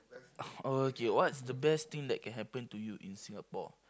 oh okay what's the best thing that can happen to you in Singapore